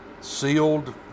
sealed